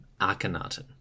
Akhenaten